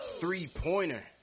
three-pointer